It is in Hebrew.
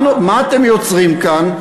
מה אתם יוצרים כאן?